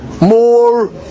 more